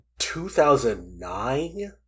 2009